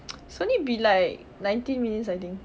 it's only been like nineteen minutes I think